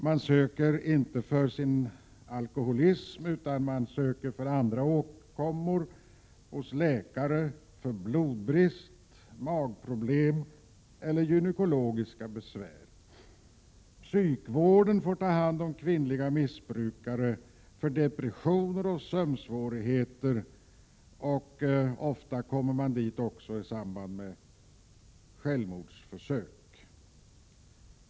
Man söker inte för sin alkoholism, utan man söker hos läkare för andra åkommor. Det kan gälla blodbrist, magproblem eller gynekologiska besvär. Psykvården får ta hand om kvinnliga missbrukare som har depressioner och sömnsvårigheter. Kvinnor kommer också ofta dit i samband med självmordsförsök.